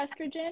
estrogen